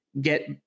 get